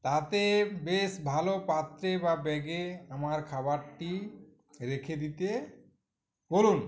যাতে বেশ ভালো পাত্রে বা ব্যাগে আমার খাবারটি রেখে দিতে বলুন